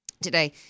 today